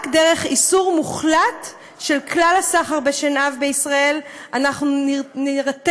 רק דרך איסור מוחלט של כלל הסחר בשנהב בישראל אנחנו נירתם